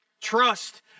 Trust